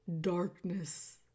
darkness